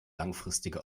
langfristige